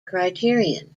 criterion